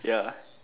ya